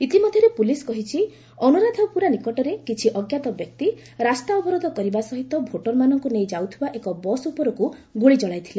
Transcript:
ଇତିମଧ୍ୟରେ ପ୍ରଲିସ୍ କହିଛି ଅନ୍ତରାଧାପୁରା ନିକଟରେ କିଛି ଅଜ୍ଞାତ ବ୍ୟକ୍ତି ରାସ୍ତା ଅବରୋଧ କରିବା ସହିତ ଭୋଟରମାନଙ୍କ ନେଇ ଯାଉଥିବା ଏକ ବସ୍ ଉପରକୁ ଗୁଳି ଚଳାଇଥିଲେ